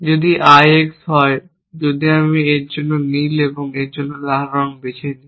যদি IX হয় যদি আমি এর জন্য নীল এবং এর জন্য লাল বেছে নিই